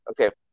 Okay